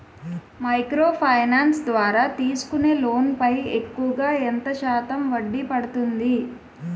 Micro finance ద్వారా తీసుకునే loan పై ఎక్కువుగా ఎంత శాతం వడ్డీ పడుతుంది?